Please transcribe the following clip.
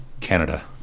Canada